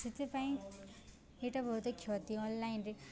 ସେଥିପାଇଁ ଏଇଟା ବହୁତ କ୍ଷତି ଅନଲାଇନ୍ରେ